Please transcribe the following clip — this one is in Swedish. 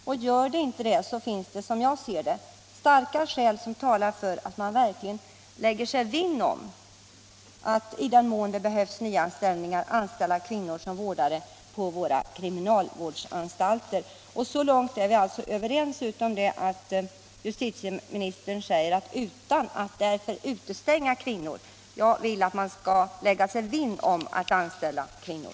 Om så inte är fallet talar, som jag ser det, starka skäl för att man verkligen lägger sig vinn om att — i den mån det behövs ny personal — anställa kvinnor som vårdare på våra kriminalvårdsanstalter. Så långt är alltså justitieministern och jag överens, men justitieministern säger i sitt svar ”utan att därför utestänga kvinnor” — jag tycker att man i stället skall lägga sig vinn om att anställa kvinnor.